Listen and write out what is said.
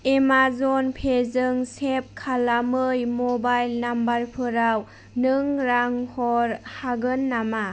Amazon पेजों सेब खालामै मबाइल नाम्बारफोराव नों रां हर हागोन नामा